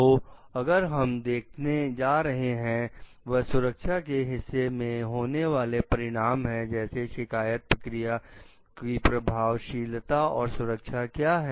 तो अगला हम जो देखने जा रहे हैं वह सुरक्षा के हिस्से में होने वाले परिणाम है जैसे शिकायत प्रक्रिया की प्रभावशीलता और सुरक्षा क्या है